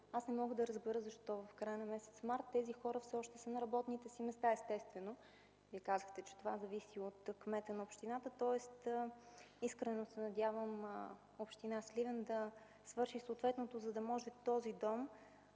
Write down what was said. аз не мога да разбера защо в края на месец март тези хора са още на работните си места? Вие казахте, че това зависи от кмета на общината, тоест искрено се надявам община Сливен да свърши съответното, за да може в този дом